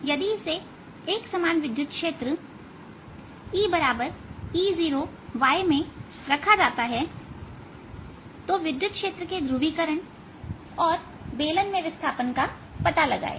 यदि इसे एक समान विद्युत क्षेत्र EE0yमें रखा जाता हैविद्युत क्षेत्र के ध्रुवीकरण और बेलन में विस्थापन का पता लगाएं